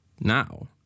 now